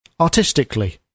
artistically